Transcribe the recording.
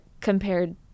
compared